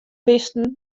bisten